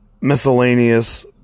miscellaneous